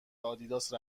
آدیداس